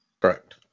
Correct